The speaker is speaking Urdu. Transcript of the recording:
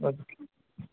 اب